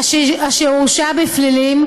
אשר הורשע בפלילים,